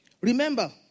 remember